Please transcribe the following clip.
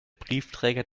briefträger